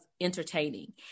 entertaining